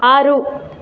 ಆರು